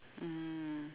mm